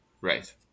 Right